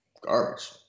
garbage